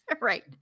Right